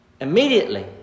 immediately